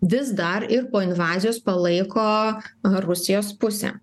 vis dar ir po invazijos palaiko rusijos pusę